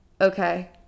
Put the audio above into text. okay